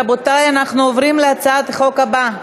רבותי, אנחנו עוברים להצעת החוק הבאה.